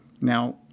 Now